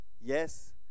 Yes